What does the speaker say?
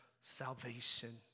salvation